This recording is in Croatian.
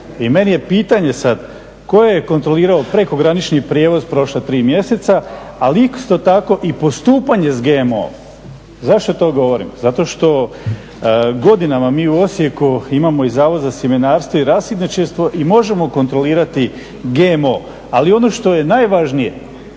i meni je pitanje sad tko je kontrolirao prekogranični prijevoz prošla tri mjeseca, ali isto tako i postupanje s GMO-om? Zašto to govorim? Zato što godinama mi u Osijeku imamo i Zavod za sjemenarstvo i rasadničarstvo i možemo kontrolirati GMO, ali ono što je najvažnije